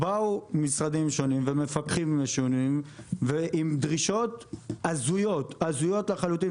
באו משרדים שונים ומפקחים שונים עם דרישות הזויות לחלוטין.